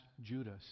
Judas